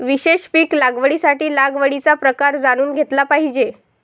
विशेष पीक लागवडीसाठी लागवडीचा प्रकार जाणून घेतला पाहिजे